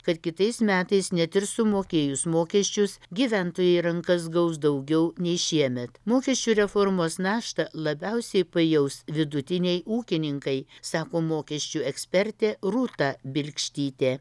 kad kitais metais net ir sumokėjus mokesčius gyventojai į rankas gaus daugiau nei šiemet mokesčių reformos naštą labiausiai pajaus vidutiniai ūkininkai sako mokesčių ekspertė rūta bilkštytė